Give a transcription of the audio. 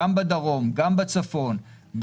בדרום, בצפון,